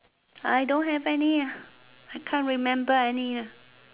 I don't have any ah I can't remember any ah